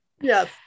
Yes